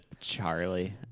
Charlie